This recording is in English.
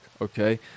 okay